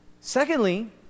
Secondly